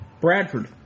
Bradford